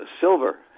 silver